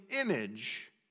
image